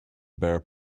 bare